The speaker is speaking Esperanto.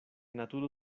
naturo